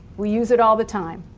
we use it all the time.